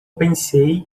pensei